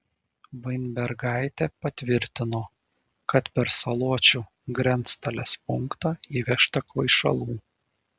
vainbergaitė patvirtino kad per saločių grenctalės punktą įvežta kvaišalų